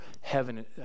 Heaven